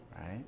right